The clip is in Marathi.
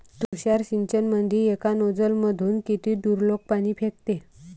तुषार सिंचनमंदी एका नोजल मधून किती दुरलोक पाणी फेकते?